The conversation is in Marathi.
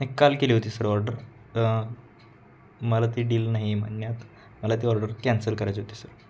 नाही काल केली होती सर ऑर्डर मला ते डील नाही म्हणण्यात मला ती ऑर्डर कॅन्सल करायची होती सर